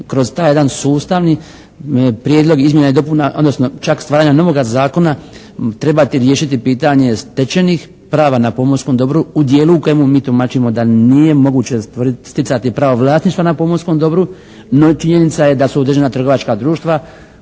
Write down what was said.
kroz taj jedan sustavni prijedlog izmjena i dopuna, odnosno čak stvaranja novoga zakona trebati riješiti pitanje stečenih prava na pomorskom dobru u dijelu u kojemu mi tumačimo da nije moguće sticati pravo vlasništva na pomorskom dobru no činjenica je da su određena trgovačka društva